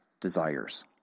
desires